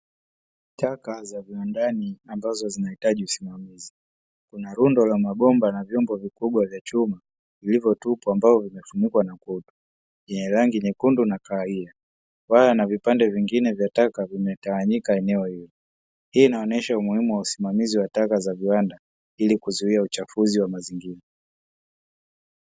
Taka za viwandani ambazo zinahitaji usimamizi, kuna rundo la mabomba na vyombo vikubwa vya chuma. Vilivotupwa ambao vimefunikwa na kutu, yenye rangi nyekundu na kahawia. Waya na vipande vingine vya taka vimetawanyika eneo hili, hii inaonesha umuhimu wa usimamizi wa taka za viwanda ili kuzuia uchafuzi wa mazingira.